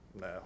No